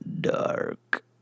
dark